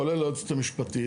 כולל היועצת המשפטית,